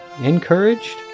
encouraged